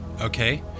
okay